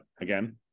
again